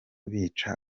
bica